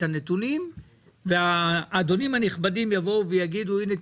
הנתונים והאדונים הנכבדים יבואו ויגידו הנה,